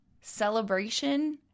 celebration